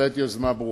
בהחלט יוזמה ברוכה.